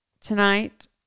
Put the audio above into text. tonight